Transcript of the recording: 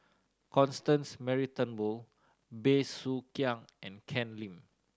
Constance Mary Turnbull Bey Soo Khiang and Ken Lim